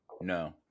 No